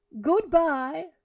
Goodbye